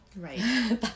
Right